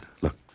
look